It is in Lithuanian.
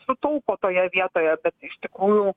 sutaupo toje vietoje bet iš tikrųjų